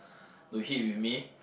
to hit with me